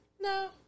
No